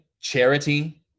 charity